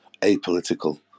apolitical